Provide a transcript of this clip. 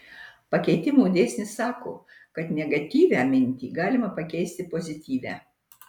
pakeitimo dėsnis sako kad negatyvią mintį galima pakeisti pozityvia